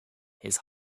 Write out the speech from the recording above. his